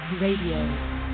Radio